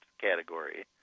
category